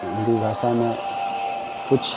हिन्दी भाषा में कुछ